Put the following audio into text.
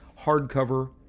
hardcover